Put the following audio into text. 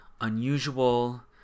unusual